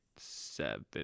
seven